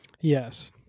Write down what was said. Yes